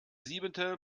siebente